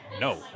no